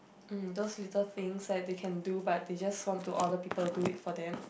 mm those little things that they can do but they just want to order people to do it for them